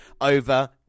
over